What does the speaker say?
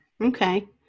Okay